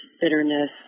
bitterness